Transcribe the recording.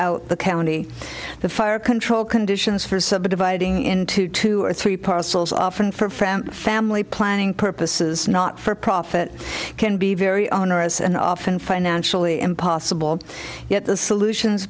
throughout the county the fire control conditions for subdividing into two or three parcels often for family planning purposes not for profit can be very onerous and often financially impossible yet the solutions